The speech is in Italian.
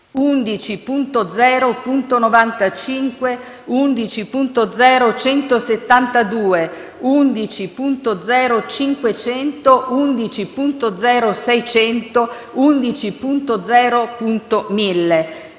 11.0.95, 11.0.172, 11.0.500, 11.0.600, 11.0.1000.